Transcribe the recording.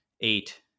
eight